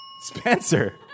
Spencer